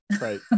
right